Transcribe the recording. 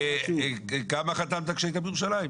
20 ----- כמה חתמת שהיית בירושלים?